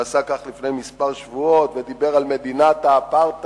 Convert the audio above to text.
שעשה כך לפני כמה שבועות ודיבר על מדינת האפרטהייד,